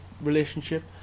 relationship